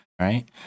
Right